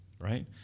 right